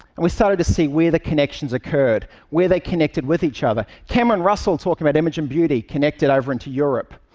and we started to see where the connections occurred, where they connected with each other. cameron russell talking about image and beauty connected over into europe.